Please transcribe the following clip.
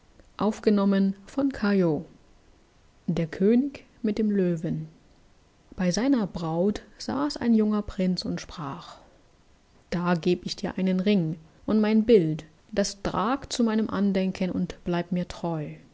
der könig mit dem löwen bei seiner braut saß ein junger prinz und sprach da geb ich dir einen ring und mein bild das trag zu meinem andenken und bleib mir treu